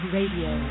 Radio